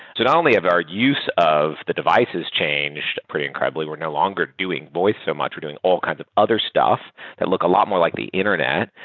not only of our use of the devices changed pretty incredibly. we're no longer doing voice so much. we're doing all kinds of other stuff that look a lot more like the internet.